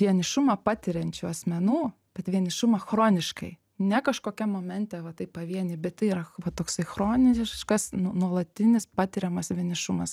vienišumą patiriančių asmenų bet vienišumą chroniškai ne kažkokiam momente va taip pavieniai bet tai yra va toksai chroniniškas nu nuolatinis patiriamas vienišumas